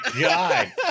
god